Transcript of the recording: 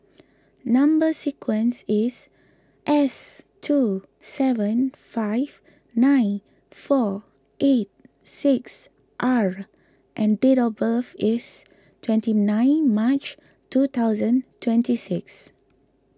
Number Sequence is S two seven five nine four eight six R and date of birth is twenty ninth March two thousand twenty six